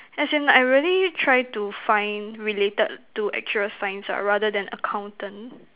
as in I really try to find related to actuarial science ah rather than accountant